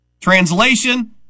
Translation